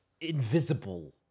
invisible